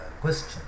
question